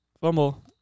fumble